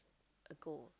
ago